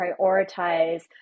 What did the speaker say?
prioritize